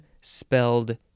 spelled